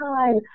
time